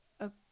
Okay